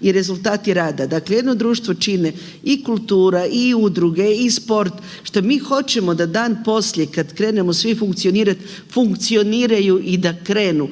i rezultati rada. Dakle jedno društvo čine i kultura, i udruge, i sport što mi hoćemo da dan poslije kada krenemo svi funkcionirat, funkcioniraju i da krenu.